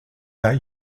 that